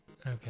okay